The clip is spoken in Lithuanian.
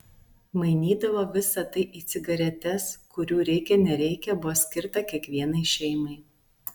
mainydavo visa tai į cigaretes kurių reikia nereikia buvo skirta kiekvienai šeimai